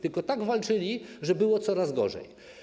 Tylko tak walczyli, że było coraz gorzej.